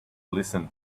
listen